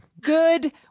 good